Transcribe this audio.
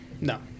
No